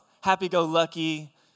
happy-go-lucky